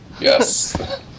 Yes